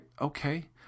okay